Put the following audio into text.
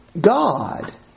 God